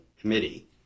committee